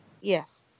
Yes